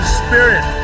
spirit